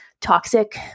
toxic